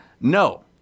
No